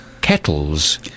Kettles